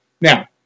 Now